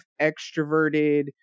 extroverted